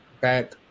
back